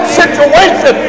situation